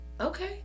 okay